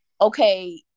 okay